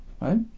Right